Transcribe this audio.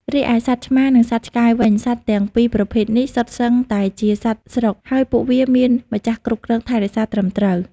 រីឯសត្វឆ្មា និងសត្វឆ្កែវិញ សត្វទាំងពីរប្រភេទនេះ សុទ្ធសឹងតែជាសត្វស្រុក ហើយពួកវាមានម្ចាស់គ្រប់គ្រងថែរក្សាត្រឹមត្រូវ។